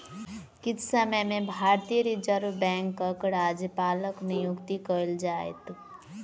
किछ समय में भारतीय रिज़र्व बैंकक राज्यपालक नियुक्ति कएल जाइत